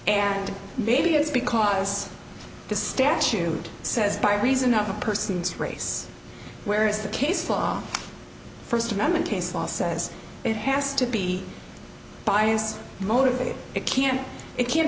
and maybe it's because the statute says by reason of a person's race where is the case law first amendment case law says it has to be bias motivated it can't it can't